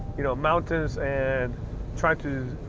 you know mountains and try to